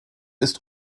ist